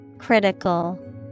Critical